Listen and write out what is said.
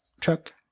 Chuck